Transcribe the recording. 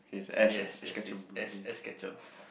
yes yes yes Ash Ash Ketchum